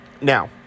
Now